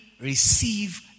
receive